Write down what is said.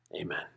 Amen